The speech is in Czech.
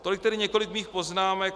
Tolik tedy několik mých poznámek.